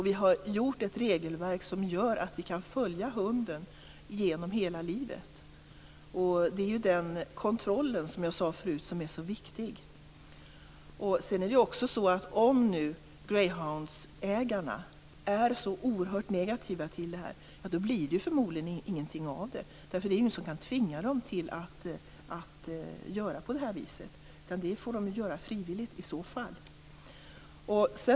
Vi har gjort ett regelverk som gör att vi kan följa hunden genom hela livet. Det är den kontrollen som är så viktig, som jag sade tidigare. Om greyhoundägarna är så oerhört negativa till detta blir det förmodligen ingenting av det. Det är ju ingenting som kan tvinga dem till att göra på detta sätt. Det får de göra frivilligt i så fall.